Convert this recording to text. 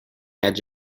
edge